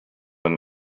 and